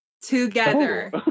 together